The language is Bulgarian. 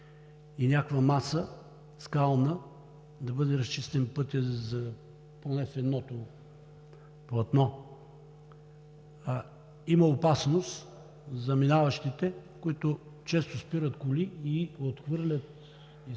и някаква скална маса, да бъде разчистен пътят поне в едното платно. Има опасност за минаващите, които често спират колите и отхвърлят от пътя